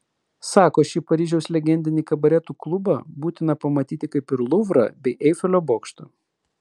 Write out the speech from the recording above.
sako šį paryžiaus legendinį kabareto klubą būtina pamatyti kaip ir luvrą bei eifelio bokštą